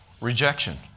rejection